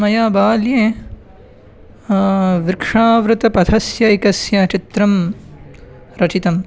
मया बाल्ये वृक्षावृत पथस्येकस्य चित्रं रचितम्